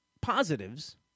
positives